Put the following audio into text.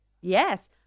Yes